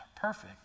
perfect